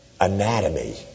anatomy